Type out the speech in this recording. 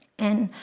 and